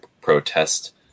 protest